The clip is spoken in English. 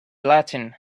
latin